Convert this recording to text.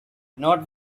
not